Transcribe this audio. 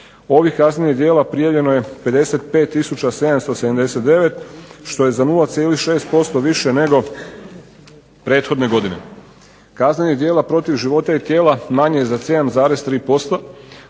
Ovih kaznenih djela prijavljeno je 55779 što je za 0,6% više nego prethodne godine. Kaznenih djela protiv života i tijela manje je za 7,3%.